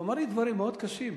והוא אמר לי דברים מאוד קשים.